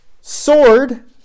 sword